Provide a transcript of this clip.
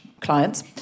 clients